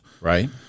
Right